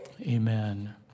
Amen